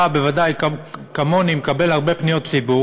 אתה בוודאי כמוני מקבל הרבה פניות ציבור